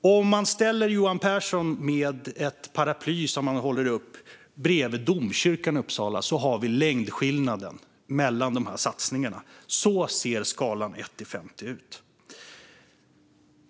Skillnaden mellan de här satsningarna är densamma som om man ställer Johan Pehrson med ett uppfällt paraply bredvid Uppsala domkyrka och jämför längden - det är samma proportion.